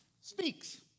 speaks